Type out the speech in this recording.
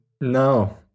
no